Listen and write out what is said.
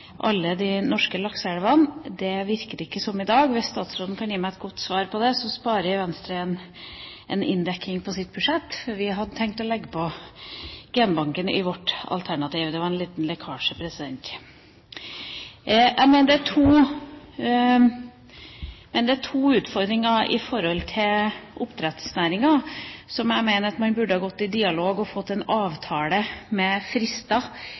alle de norske lakseelvene? Det virker ikke sånn i dag. Hvis statsråden kan gi meg et godt svar på det, sparer Venstre en inndekning på sitt budsjett. Vi hadde tenkt å legge på til genbanken i vårt alternativ – det var en liten lekkasje. Jeg mener det er to utfordringer i oppdrettsnæringa der jeg mener at man burde ha gått i dialog og fått en avtale om frister